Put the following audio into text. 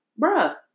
bruh